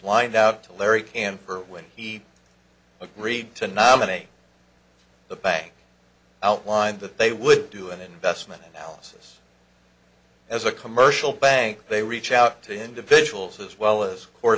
lined out to larry kanpur when he agreed to nominate the bank outlined that they would do an investment houses as a commercial bank they reach out to individuals as well as court